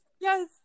Yes